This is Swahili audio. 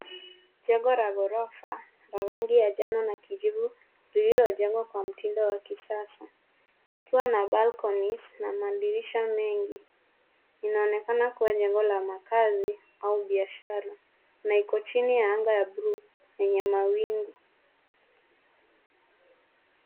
Jengo la ghorofa la rangi ya njano na kijivu lililojengwa kwa mtindo wa kisasa, likiwa na balconies na madirisha mengi. Linaonekana kuwa jengo la makazi au biashara na iko chini ya anga ya bluu yenye mawingu.